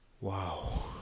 Wow